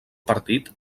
partit